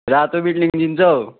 रातो बिल्डिङ चिन्छौ